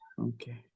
Okay